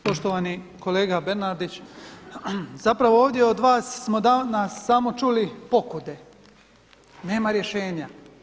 Poštovani kolega Bernardić, zapravo ovdje od vas smo danas samo čuli pokude, nema rješenja.